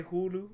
Hulu